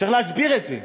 צריך להסביר את זה.